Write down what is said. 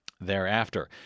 thereafter